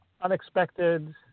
unexpected